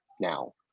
now